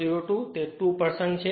02 તેથી તે 2 છે